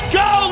go